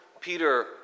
Peter